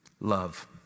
Love